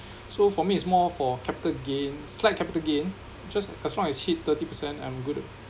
so for me it's more for capital gain slight capital gain just as long hit thirty percent I'm good